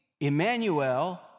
Emmanuel